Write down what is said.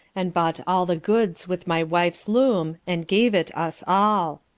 and bought all the goods with my wife's loom and gave it us all.